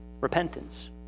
repentance